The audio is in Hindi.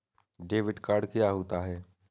डेबिट कार्ड क्या होता है?